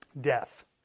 Death